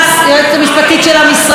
היועצת המשפטית של המשרד,